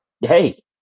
Hey